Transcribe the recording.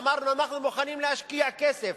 ואמרה: אנחנו מוכנים להשקיע כסף,